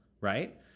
Right